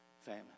Famine